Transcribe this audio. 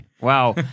Wow